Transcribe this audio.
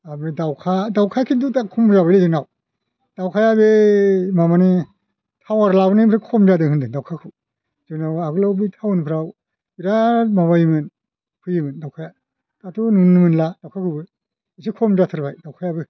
आरो बे दाउखा दाउखाया खिन्थु दा खम जाबायलै जोंनाव दावखाया बे माबानि टावार लाबोनायनिफ्राय खम जादों होन्दों दाउखाखौ जोंनाव आगोलाव बे टाउनफ्राव बिराद माबायोमोन फैयोमोन दाउखाया दाथ' नुला दाउखाखौबो एसे खम जाथारबाय दाउखायाबो